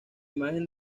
imagen